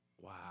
Wow